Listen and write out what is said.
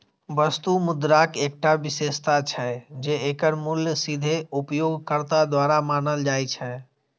वस्तु मुद्राक एकटा विशेषता छै, जे एकर मूल्य सीधे उपयोगकर्ता द्वारा मानल जाइ छै